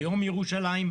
ביום ירושלים,